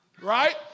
Right